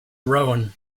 rowan